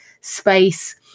space